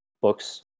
books